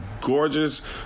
gorgeous